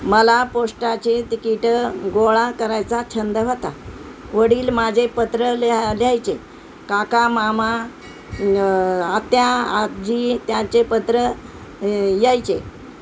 मला पोस्टाचे तिकीटं गोळा करायचा छंद होता वडील माझे पत्र लिहायचे काका मामा आत्या आजी त्याचे पत्र यायचे